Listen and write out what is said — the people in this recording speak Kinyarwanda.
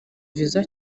visa